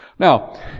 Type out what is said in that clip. Now